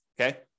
okay